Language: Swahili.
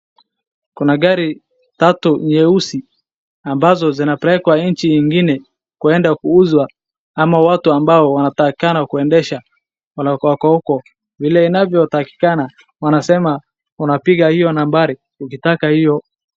Kuna gari tatu nyeusi ambazo zinapelekwa nchi iingine kuenda kuuzwa ama watu ambao wanatakikana kuendesha wako huko. Vile inavyotakikana wanasema unapiga hiyonambari ukitaka hiyo.